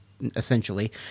essentially